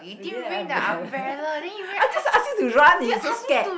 we didn't have umbrella I just ask you to run and you so scared